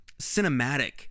cinematic